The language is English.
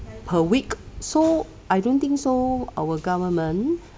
per week so I don't think so our government